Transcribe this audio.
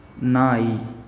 ನಾಯಿ